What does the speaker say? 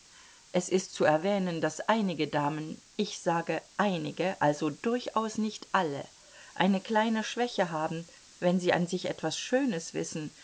es ist zu erwähnen daß einige damen ich sage einige also durchaus nicht alle eine kleine schwäche haben wenn sie an sich etwas schönes wissen